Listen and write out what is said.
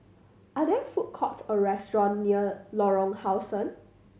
are there food courts or restaurant near Lorong How Sun